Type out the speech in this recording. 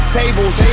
tables